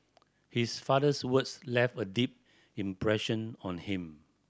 his father's words left a deep impression on him